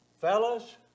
Fellas